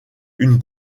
une